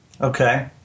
Okay